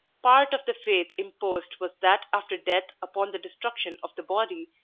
part of the faith imposed was that after death upon the destruction of the body,